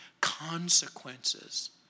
consequences